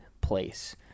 place